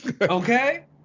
okay